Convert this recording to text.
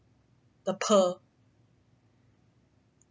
the pearl